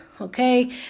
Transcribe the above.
Okay